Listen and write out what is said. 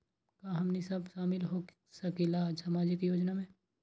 का हमनी साब शामिल होसकीला सामाजिक योजना मे?